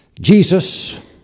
Jesus